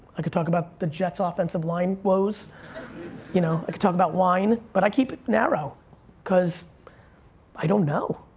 i could talk about the jet's ah offense um line woes you know i could talk about wine but i keep it narrow cause i don't know